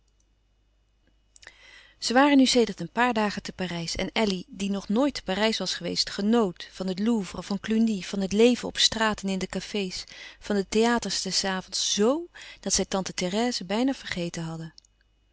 ze waren nu sedert een paar dagen te parijs en elly die nog nooit te parijs was geweest genoot van het louvre van cluny van het leven op straat en in de café's van de theaters des avonds zo dat zij tante therèse bijna vergeten hadden